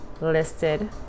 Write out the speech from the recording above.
listed